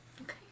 Okay